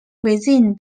within